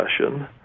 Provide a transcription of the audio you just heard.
discussion